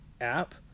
app